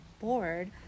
board